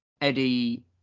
Eddie